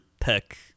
tech